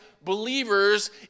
believers